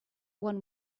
one